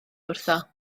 wrtho